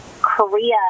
Korea